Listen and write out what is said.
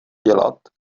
dělat